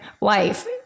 life